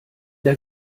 der